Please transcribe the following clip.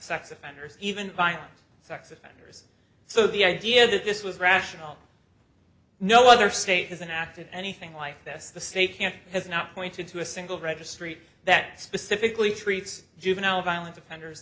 sex offenders even violent suspenders so the idea that this was rational no other state is an act of anything like this the state can't has not pointed to a single registry that specifically treats juvenile violent offenders